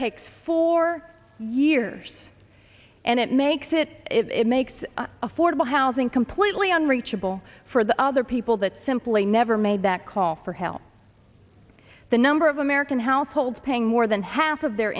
takes four years and it makes it it makes affordable housing completely unreachable for the other people that simply never made that call for help the number of american households paying more than half of their